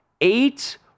eight